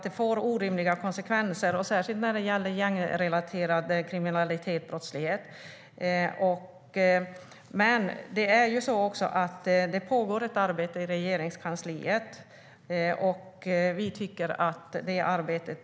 Den får orimliga konsekvenser, särskilt när det gäller gängrelaterad kriminalitet och brottslighet. Det pågår ett arbete i Regeringskansliet. Vi får vänta på det arbetet.